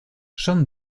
son